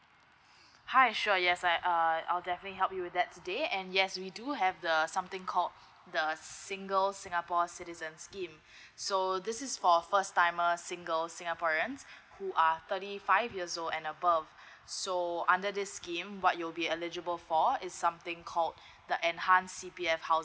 hi sure yes I uh I'll definitely help you with that today and yes we do have the something called the single singapore citizen scheme so this is for first timer single singaporeans who are thirty five years old and above so under this scheme what you'll be eligible for is something called the enhance C_P_F housing